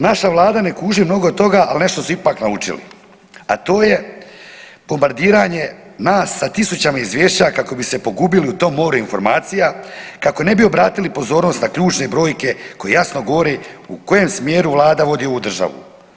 Naša Vlada ne kuži mnogo toga, ali nešto su ipak naučili, a to je bombardiranje nas sa tisućama izvješća kako bi se pogubili u tom moru informacija kako ne bi obratili pozornost na ključne brojke koje jasno govore u kojem smjeru Vlada vodi ovu državu.